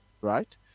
Right